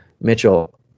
Mitchell